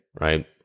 Right